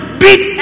beat